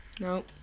No